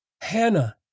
Hannah